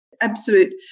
absolute